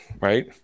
right